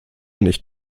nicht